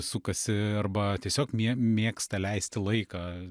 sukasi arba tiesiog mėgsta leisti laiką